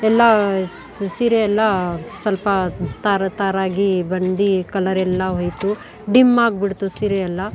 ಎಲ್ಲ ಸೀರೆ ಎಲ್ಲ ಸ್ವಲ್ಪ ತಾರ ತಾರಾಗಿ ಬಂದು ಕಲರೆಲ್ಲ ಹೋಯಿತು ಡಿಮ್ ಆಗಿಬಿಡ್ತು ಸೀರೆ ಎಲ್ಲ